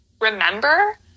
remember